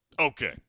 Okay